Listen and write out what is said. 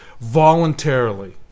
voluntarily